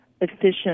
efficient